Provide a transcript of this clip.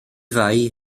fai